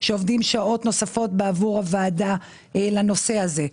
שעובדים שעות נוספות בעבור הוועדה לנושא הזה,